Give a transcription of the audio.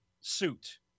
suit